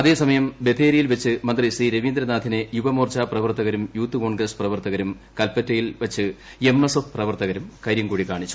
അതേസമയം ബത്തേരിയിൽ വെച്ച് മന്ത്രി സി രവീന്ദ്രനാഥിനെ യുവമോർച്ച പ്രവർത്തകരും യൂത്ത് കോൺഗ്രസ് പ്രവർത്തകരും കൽപ്പറ്റയിൽ വച്ച് എം എസ് ഫ് പ്രവർത്തകരും കരിങ്കൊടി കാണിച്ചു